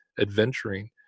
adventuring